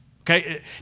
Okay